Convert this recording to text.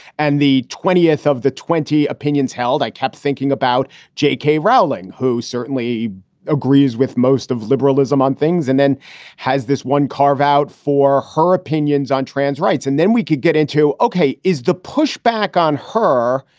and the twentieth of the twenty opinions held. i kept thinking about j k. rowling, who certainly agrees with most of liberalism on things, and then has this one carve out for her opinions on trans rights. and then we could get into. ok. is the push back on her?